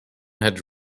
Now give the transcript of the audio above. had